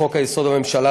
לחוק-יסוד: הממשלה,